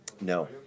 No